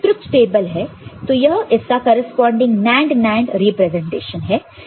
तो यह इसका करेस्पॉन्डिंग NAND NAND रिप्रेजेंटेशन है